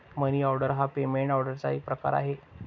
मनी order हा payment ऑर्डरचा एक प्रकार आहे